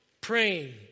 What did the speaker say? praying